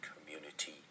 community